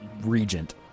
regent